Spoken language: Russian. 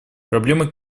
проблемы